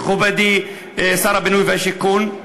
מכובדי שר הבינוי והשיכון?